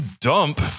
dump